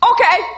Okay